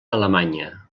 alemanya